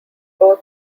both